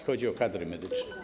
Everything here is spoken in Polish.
Chodzi o kadry medyczne.